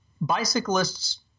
Bicyclists